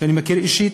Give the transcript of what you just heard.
שאני מכיר אישית,